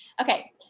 Okay